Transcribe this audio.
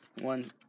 one